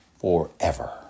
forever